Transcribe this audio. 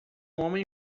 homem